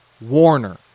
Warner